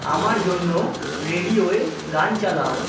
আমার জন্য রেডিওয়ে গান চালাও